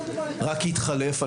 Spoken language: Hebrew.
רק יתחלף,